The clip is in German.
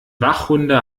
wachhunde